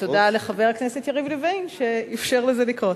ותודה לחבר הכנסת יריב לוין שאפשר לזה לקרות.